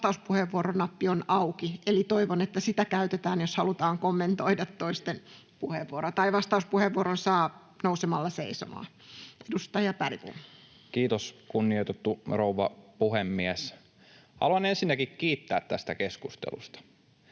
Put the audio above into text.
vastauspuheenvuoronappi on auki, eli toivon, että sitä käytetään, jos halutaan kommentoida toisten puheenvuoroa. Tai vastauspuheenvuoron saa nousemalla seisomaan. — Edustaja Bergbom. Kiitos, kunnioitettu rouva puhemies! Haluan ensinnäkin kiittää tästä keskustelusta.